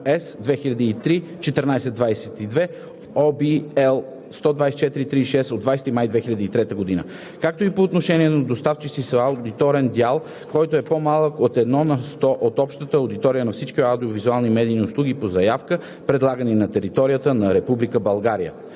С(2003) 1422) (OB, L 124/36 от 20 май 2003 г.), както и по отношение на доставчици с аудиторен дял, който е по-малък от 1 на сто от общата аудитория на всички аудио-визуални медийни услуги по заявка, предлагани на територията на Република България.